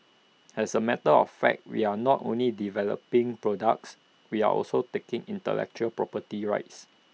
as A matter of fact we are not only developing products we are also taking intellectual property rights